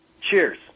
Cheers